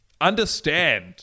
Understand